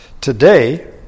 Today